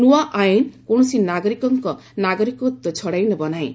ନୂଆ ଆଇନ କୌଣସି ନାଗରିକଙ୍କ ନାଗରିକତ୍ୱ ଛଡ଼ାଇ ନେବନାହିଁ